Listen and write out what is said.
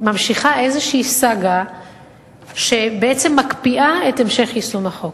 ממשיכה סאגה שבעצם מקפיאה את המשך יישום החוק.